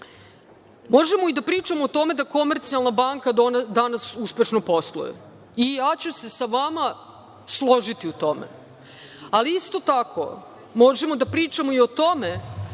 možemo da pričamo o tome da „Komercijalna banka“ danas uspešno posluje i ja ću se sa vama složiti u tome, ali isto tako možemo da pričamo i o tome